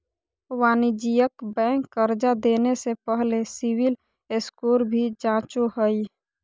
वाणिज्यिक बैंक कर्जा देने से पहले सिविल स्कोर भी जांचो हइ